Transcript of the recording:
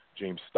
James